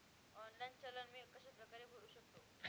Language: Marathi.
ऑनलाईन चलन मी कशाप्रकारे भरु शकतो?